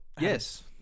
yes